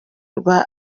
rwa